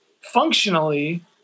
functionally